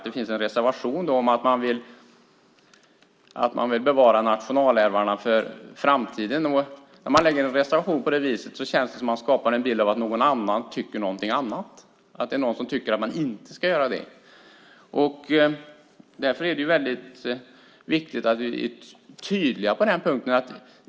Det finns en reservation om att man vill bevara nationalälvarna för framtiden. När man skriver en reservation på det viset känns det som om man skapar en bild av att någon annan tycker någonting annat, att det finns någon som tycker att detta inte ska göras. Därför är det väldigt viktigt att vi är tydliga på den punkten.